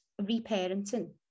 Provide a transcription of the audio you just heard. reparenting